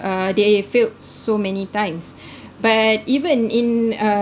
uh they failed so many times but even in uh